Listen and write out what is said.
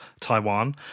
Taiwan